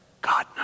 God